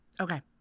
Okay